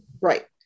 right